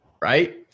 Right